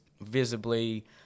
visibly